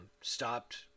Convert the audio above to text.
Stopped